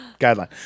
guideline